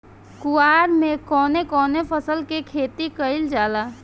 कुवार में कवने कवने फसल के खेती कयिल जाला?